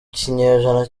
kinyejana